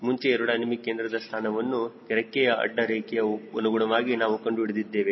ಮುಂಚೆ ಏರೋಡೈನಮಿಕ್ ಕೇಂದ್ರದ ಸ್ಥಾನವನ್ನು ರೆಕ್ಕೆಯ ಅಡ್ಡ ರೇಖೆಯ ಅನುಗುಣವಾಗಿ ನಾವು ಕಂಡುಹಿಡಿದಿದ್ದೇವೆ